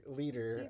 leader